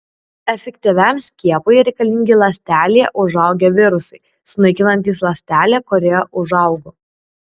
efektyviam skiepui reikalingi ląstelėje užaugę virusai sunaikinantys ląstelę kurioje užaugo